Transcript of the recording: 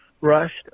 rushed